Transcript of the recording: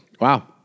Wow